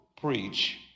preach